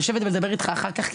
לשבת ולדבר איתך אחר כך,